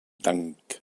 dank